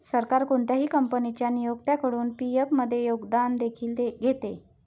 सरकार कोणत्याही कंपनीच्या नियोक्त्याकडून पी.एफ मध्ये योगदान देखील घेते